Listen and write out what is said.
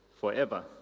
forever